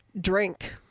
drink